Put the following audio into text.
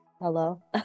hello